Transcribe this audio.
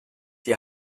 die